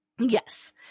Yes